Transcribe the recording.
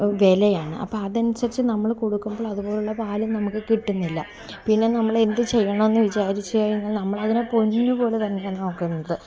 വിലയാണ് അപ്പം അതനുസരിച്ച് നമ്മൾ കൊടുക്കുമ്പോൾ അതുപോലുള്ള പാലും നമുക്ക് കിട്ടുന്നില്ല പിന്നെ നമ്മൾ എന്ത് ചെയ്യണം എന്ന് വിചാരിച്ച് കഴിഞ്ഞാൽ നമ്മളതിനെ പൊന്ന് പോലെ തന്നെയാ നോക്കുന്നത്